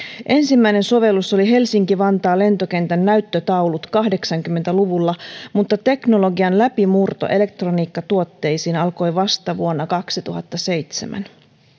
ensimmäinen sovellus oli helsinki vantaan lentokentän näyttötaulut kahdeksankymmentä luvulla mutta teknologian läpimurto elektroniikkatuotteisiin alkoi vasta vuonna kaksituhattaseitsemän